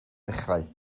ddechrau